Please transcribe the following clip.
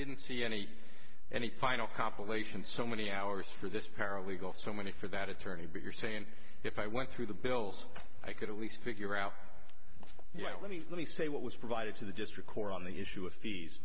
didn't see any any final compilation so many hours for this paralegal so many for that attorney but you're saying if i went through the bills i could at least figure out well let me let me say what was provided to the district court on the issue of fees